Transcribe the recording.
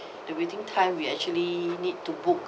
waiting time we actually need to book